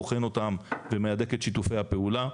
בוחן אותם ומהדק את שיתופי הפעולה;